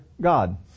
God